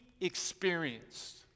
experienced